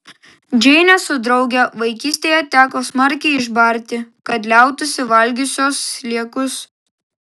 džeinę su drauge vaikystėje teko smarkiai išbarti kad liautųsi valgiusios sliekus